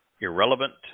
irrelevant